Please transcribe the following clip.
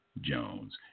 Jones